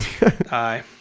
aye